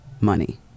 money